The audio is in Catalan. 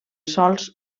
sòls